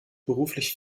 beruflich